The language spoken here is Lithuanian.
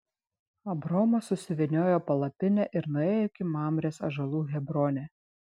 abromas susivyniojo palapinę ir nuėjo iki mamrės ąžuolų hebrone